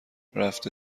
رفته